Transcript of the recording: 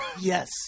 Yes